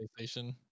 PlayStation